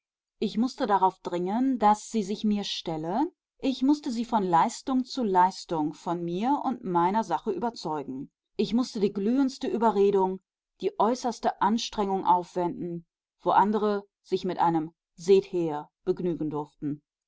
ich mußte darauf dringen daß sie sich mir stelle ich mußte sie von leistung zu leistung von mir und meiner sache überzeugen ich mußte die glühendste überredung die äußerste anstrengung aufwenden wo andere sich mit einem seht her begnügen durften